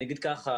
אני אגיד ככה,